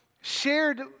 shared